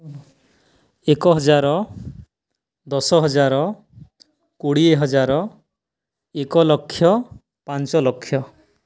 ଏକ ହଜାର ଦଶ ହଜାର କୋଡ଼ିଏ ହଜାର ଏକ ଲକ୍ଷ ପାଞ୍ଚ ଲକ୍ଷ